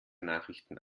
nachrichten